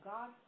God